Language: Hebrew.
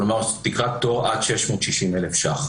כלומר: תקרתו עד 660,000 ש"ח.